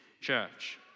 church